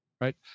right